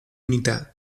unità